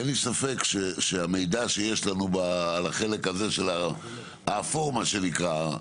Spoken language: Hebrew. אין לי ספק שהמידע שיש לנו על החלק הזה האפור מה שנקרא,